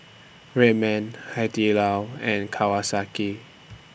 Red Man Hai Di Lao and Kawasaki